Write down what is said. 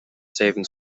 savings